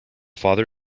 father